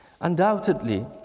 Undoubtedly